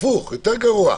הפוך, זה יותר גרוע.